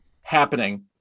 happening